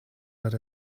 let